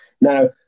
Now